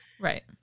Right